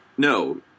No